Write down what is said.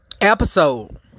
episode